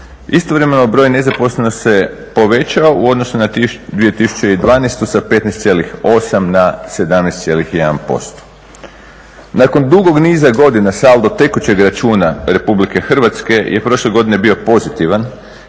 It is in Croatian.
Istovremeno, broj nezaposlenosti se povećao u odnosu na 2012. sa 15,8 na 17,1%. Nakon dugog niza godina saldo tekućeg računa RH je prošle godine bio pozitivan